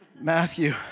Matthew